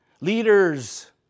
Leaders